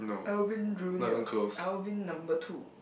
Alvin junior Alvin number two